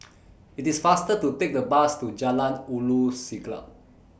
IT IS faster to Take The Bus to Jalan Ulu Siglap